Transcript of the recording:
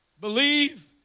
believe